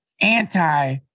anti